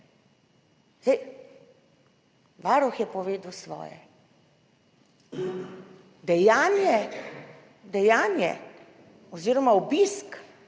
zdaj. Varuh je povedal svoje: "Dejanje oziroma obisk